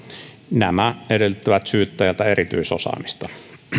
nämä edellyttävät syyttäjältä erityisosaamista